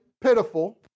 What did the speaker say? pitiful